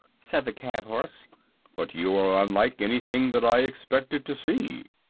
said the cab-horse but you are unlike anything that i expected to see.